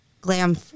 Glam